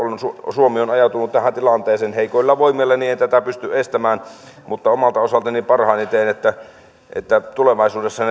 suomi on ajautunut tähän tilanteeseen heikoilla voimillani en tätä pysty estämään mutta omalta osaltani parhaani teen että että tulevaisuudessa